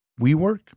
WeWork